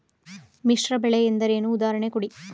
ಮಿಶ್ರ ಬೆಳೆ ಎಂದರೇನು, ಉದಾಹರಣೆ ಕೊಡಿ?